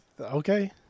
okay